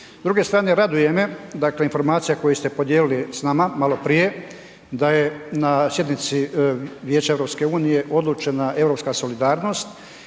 druge strane raduje me dakle informacija koju ste podijelili s nama maloprije da je na sjednici Vijeća EU odlučena europska solidarnost